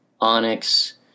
onyx